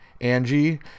Angie